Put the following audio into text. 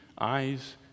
eyes